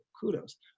kudos